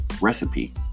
recipe